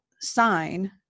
sign